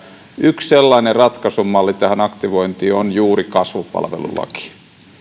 yksi sellainen ratkaisumalli tähän aktivointiin on juuri kasvupalvelulaki